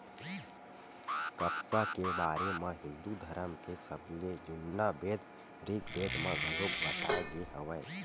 कपसा के बारे म हिंदू धरम के सबले जुन्ना बेद ऋगबेद म घलोक बताए गे हवय